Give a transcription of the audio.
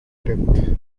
debt